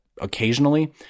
occasionally